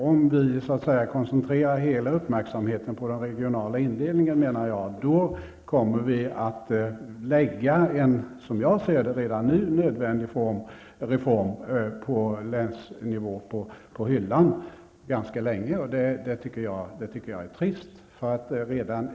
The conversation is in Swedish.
Om vi koncentrerar hela uppmärksamheten till den regionala indelningen, kommer vi att lägga en, som jag ser det, redan nu nödvändig reform på länsnivå på hyllan för ganska lång tid. Det tycker jag är trist.